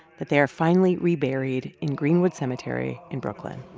that they are finally reburied in green-wood cemetery in brooklyn